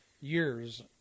years